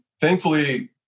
thankfully